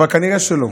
אבל כנראה שלא,